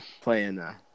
Playing